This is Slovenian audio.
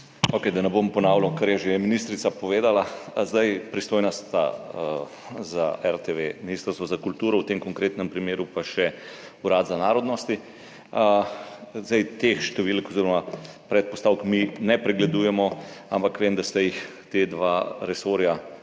Okej, da ne bom ponavljal, kar je že ministrica povedala. Pristojna za RTV sta Ministrstvo za kulturo in v tem konkretnem primeru še Urad za narodnosti. Teh številk oziroma predpostavk mi ne pregledujemo, ampak vem, da sta jih ta dva resorja